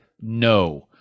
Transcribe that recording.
no